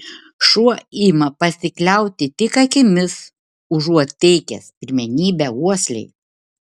šuo ima pasikliauti tik akimis užuot teikęs pirmenybę uoslei